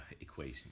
equation